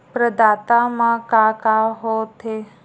प्रदाता मा का का हो थे?